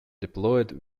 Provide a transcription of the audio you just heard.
deployed